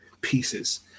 pieces